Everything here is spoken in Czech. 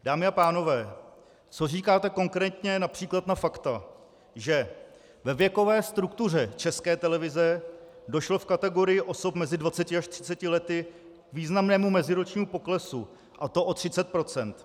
Dámy a pánové, co říkáte konkrétně například na fakta, že ve věkové struktuře České televize došlo v kategorii osob mezi 20 až 30 lety k významnému meziročnímu poklesu, a to o 30 %?